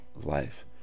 life